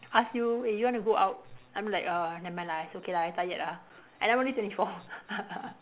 ask you eh you want to go out I'm like uh never mind lah it's okay lah I tired ah and I'm only twenty four